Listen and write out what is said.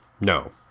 no